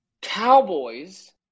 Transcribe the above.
Cowboys